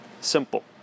simple